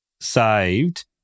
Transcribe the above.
saved